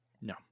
no